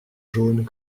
jaunes